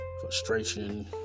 frustration